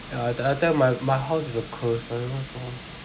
ya I tell I tell you my my house is a curse I don't know what's going on